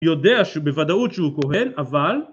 ‫יודע ש... בוודאות שהוא כהן, אבל...